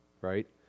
right